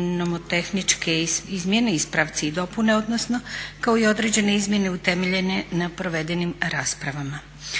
nomotehničke izmjene, ispravci i dopune odnosno, kao i određene izmjene utemeljene na provedenim raspravama.